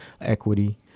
equity